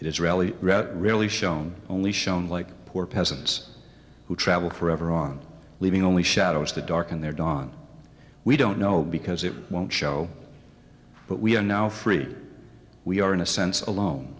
read really shown only shown like poor peasants who travel forever on leaving only shadows to darken their dawn we don't know because it won't show but we are now free we are in a sense alone